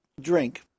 drink